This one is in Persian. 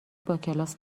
باکلاس